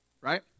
right